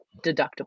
deductible